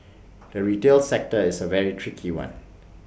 the retail sector is A very tricky one